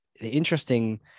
interesting